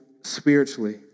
spiritually